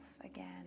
again